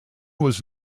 was